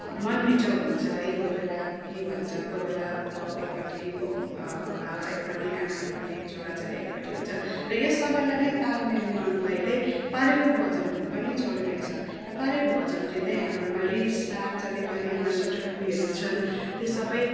मनमुटाउ हुन्छ है कोही बेला के भन्छ कोही बेला बाउ एकपट्टि बाउ बाबा एकपट्टि आमा एकपट्टि छोराछोरी एकपट्टि हुन्छ र यस सबैलाई नै तालमेल मिलाउनुको लागि चाहिँ पार्विक भजन हुनु पनि जरुरी छ र पार्विक भजनले चाहिँ हाम्रोमा रिस राग जति पनि हाम्रो सटरुपीहरू छन् त्यो सबै